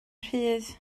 rhydd